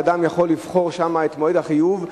שם אדם יכול לבחור את מועד החיוב,